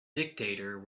dictator